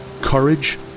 Courage